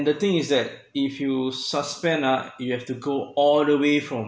the thing is that if you suspend ah you have to go all the way from